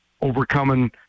overcoming